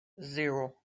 zero